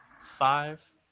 Five